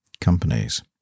Companies